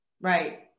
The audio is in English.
Right